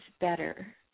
better